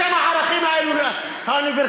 בשם הערכים האוניברסליים.